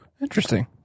interesting